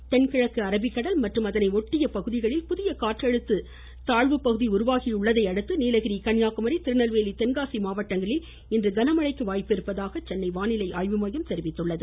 வானிலை தென்கிழக்கு அரபிக்கடல் மற்றும் அதனை ஒட்டிய லட்சத்தீவு பகுதியில் புதிய காற்றழுத்த தாழ்வுப்பகுதி உருவாகியுள்ளதையடுத்து நீலகிரி கன்னியாக்குமரி திருநெல்வேலி தென்காசி மாவட்டங்களில் கனமழை பெய்யக்கூடும் என்று சென்னை வானிலை ஆய்வுமையம் தெரிவித்துள்ளது